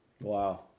Wow